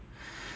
ya